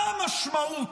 מה המשמעות,